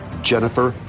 Jennifer